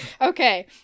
Okay